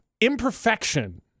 imperfection